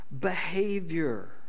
behavior